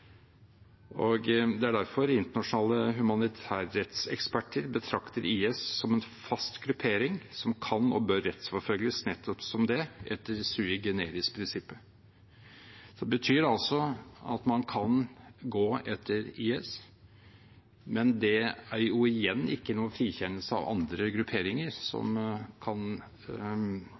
Det er derfor internasjonale humanitærrettseksperter betrakter IS som en fast gruppering som kan og bør rettsforfølges nettopp som det etter sui generis-prinsippet. Det betyr at man kan gå etter IS, men det er jo igjen ikke noen frikjennelse av andre grupperinger som kan